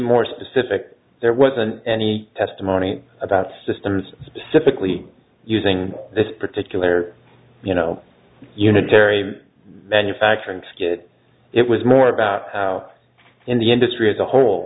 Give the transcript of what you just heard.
more specific there wasn't any testimony about systems specifically using this particular you know unitary manufacturing skit it was more about how in the industry as a whole